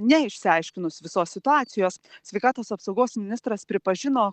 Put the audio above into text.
neišsiaiškinus visos situacijos sveikatos apsaugos ministras pripažino